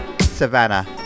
Savannah